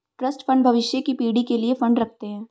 trust fund भविष्य की पीढ़ी के लिए फंड रखते हैं